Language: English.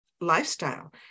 lifestyle